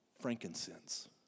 frankincense